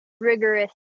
rigorous